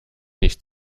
nicht